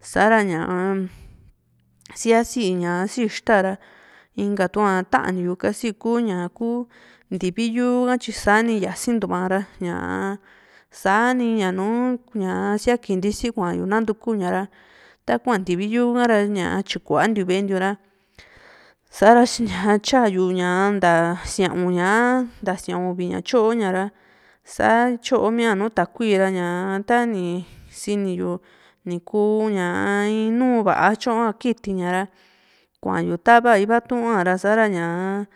sa´ra ñaa siaisi ña si ixta ra inka tua ta´nii kasi ku ña ku ntivi yúu ha tyi sani yasintua ra ña sa´ni ña nùù ña siaki ntisi kuayu nantukuña ra takua ntivi yúu hara ñaa tyikua ntiu ve´e nbtiu ra sa´ra tyayu ña nta sia´un ña a nta sia´un uvi ña tyo ña ra sa tyomía nu takui ra tani sini yu nu kuuña in nuu va´a tyoa kitiñara kuayu tava iva tuara sa´ra ñaa